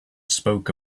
spoke